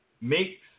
makes